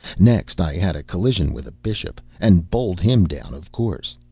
next, i had a collision with a bishop and bowled him down, of course.